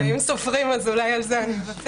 רגע, רגע, אם סופרים, אולי על זה אני אוותר.